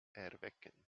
erwecken